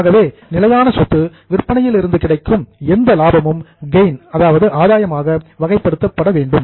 ஆகவே நிலையான சொத்து விற்பனையிலிருந்து கிடைக்கும் எந்த லாபமும் கெயின் ஆதாயமாக வகைப்படுத்தப்படும்